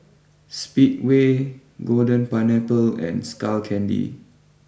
Speedway Golden Pineapple and Skull Candy